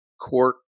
court